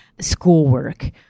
schoolwork